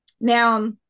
now